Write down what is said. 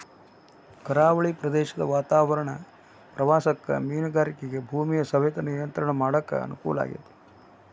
ಕರಾವಳಿ ಪ್ರದೇಶದ ವಾತಾವರಣ ಪ್ರವಾಸಕ್ಕ ಮೇನುಗಾರಿಕೆಗ ಭೂಮಿಯ ಸವೆತ ನಿಯಂತ್ರಣ ಮಾಡಕ್ ಅನುಕೂಲ ಆಗೇತಿ